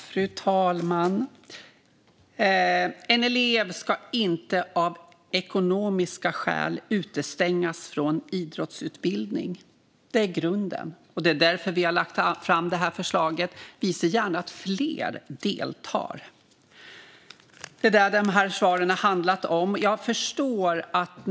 Fru talman! En elev ska inte utestängas från idrottsutbildning av ekonomiska skäl. Det är grunden. Och det är därför vi har lagt fram det här förslaget. Vi ser gärna att fler deltar. Det är det som svaret handlar om.